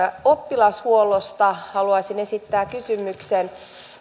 oppilashuollosta haluaisin esittää kysymyksen